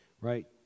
right